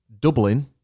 Dublin